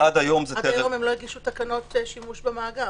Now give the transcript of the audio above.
עד היום הם לא הגישו תקנות שימוש במאגר.